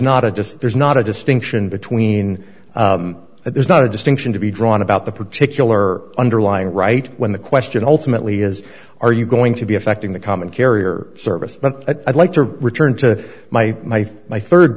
not a just there's not a distinction between there's not a distinction to be drawn about the particular underlying right when the question ultimately is are you going to be affecting the common carrier service but i'd like to return to my my my